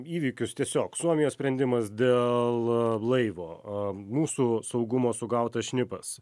įvykius tiesiog suomijos sprendimas dėl laivo mūsų saugumo sugautas šnipas